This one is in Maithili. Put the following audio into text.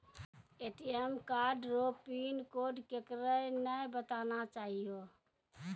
ए.टी.एम कार्ड रो पिन कोड केकरै नाय बताना चाहियो